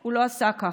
הוא לא עשה כך,